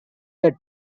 that